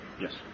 Yes